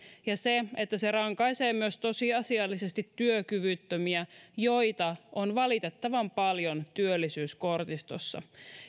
ja että se rankaisee myös tosiasiallisesti työkyvyttömiä joita on valitettavan paljon työttömyyskortistossa